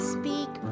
speak